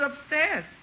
upstairs